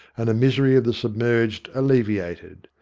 and the misery of the submerged alleviated.